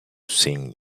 sing